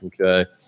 Okay